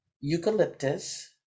eucalyptus